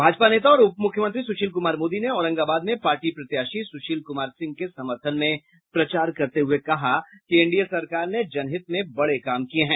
भाजपा नेता और उपमुख्यंत्री सुशील कुमार मोदी ने औरंगाबाद में पार्टी प्रत्याशी सुशील कुमार सिंह के समर्थन में प्रचार करते हुए कहा कि एनडीए सरकार ने जनहित में बड़े काम किये हैं